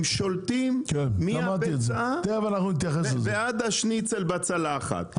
הם שולטים מהביצה ועד השניצל בצלחת.